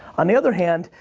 on the other hand,